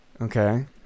okay